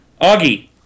Augie